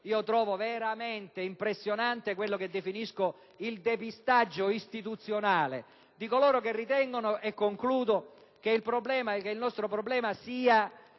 trovo veramente impressionante quello che definisco il depistaggio istituzionale di coloro che ritengono che il nostro problema sia